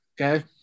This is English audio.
Okay